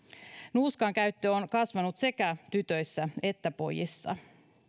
nuuskan käyttö on kasvanut sekä tytöissä että pojissa